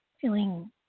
Feeling